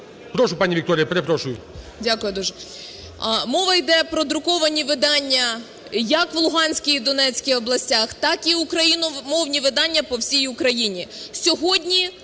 Прошу, пані Вікторія. Перепрошую. СЮМАР В.П. Дякую дуже. Мова йде про друковані видання як в Луганській і Донецькій областях, так і україномовні видання по всій Україні.